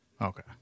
Okay